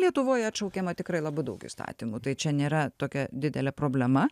lietuvoj atšaukiama tikrai labai daug įstatymų tai čia nėra tokia didelė problema